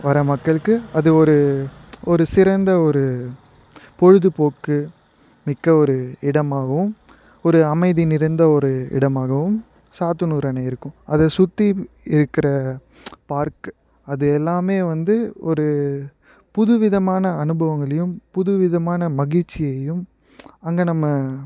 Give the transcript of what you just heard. வர மக்களுக்கு அது ஒரு ஒரு சிறந்த ஒரு பொழுதுபோக்குமிக்க ஒரு இடமாகவும் ஒரு அமைதி நிறைந்த ஒரு இடமாகவும் சாத்தனூர் அணை இருக்கும் அதை சுற்றி இருக்கிற பார்க் அது எல்லாமே வந்து ஒரு புது விதமான அனுபவங்களையும் புது விதமான மகிழ்ச்சியையும் அங்கே நம்ம